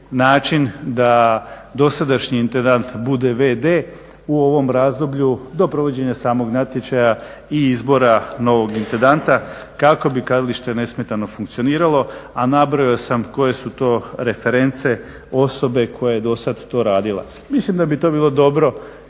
način da dosadašnji intendant bude vd u ovom razdoblju do provođenja samog natječaja i izbora novog intendanta kako bi kazalište nesmetano funkcioniralo a nabrojao sam koje su to reference, osobe koje su to dosad radile. Mislim da bi to bilo dobro